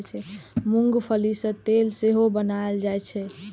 मूंंगफली सं तेल सेहो बनाएल जाइ छै